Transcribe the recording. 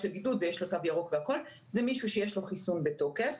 לבידוד ויש לו תו ירוק והכול זה מישהו שיש לו חיסון בתוקף,